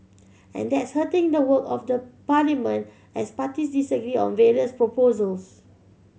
and that's hurting the work of the parliament as parties disagree on various proposals